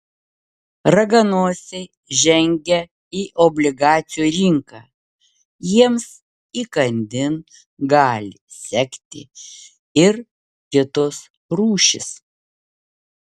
raganosiai žengia į obligacijų rinką jiems įkandin gali sekti ir kitos rūšys